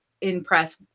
impress